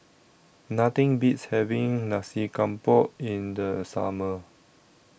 Nothing Beats having Nasi Campur in The Summer